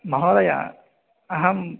महोदय अहम्